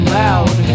loud